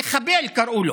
"מחבל" קראו לו,